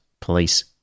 Police